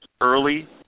early